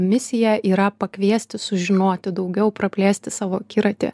misija yra pakviesti sužinoti daugiau praplėsti savo akiratį